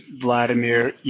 Vladimir